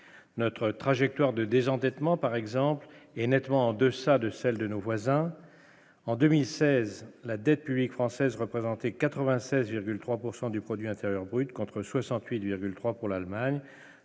notre trajectoire de désendettement, par exemple, est nettement en deçà de celle de nos voisins, en 2016, la dette publique française représentée 96,3 pourcent du produit